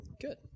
Good